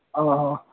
ہاں